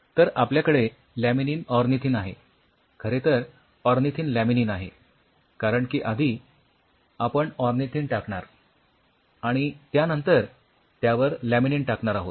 तर आपल्याकडे laminin ornithine आहे खरे तर ऑर्निथिन लॅमिनीन आहे कारण की आधी आपण ऑर्निथिन टाकणार आणि त्यानंतर त्यावर लॅमिनीन टाकणार आहोत